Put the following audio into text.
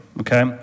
okay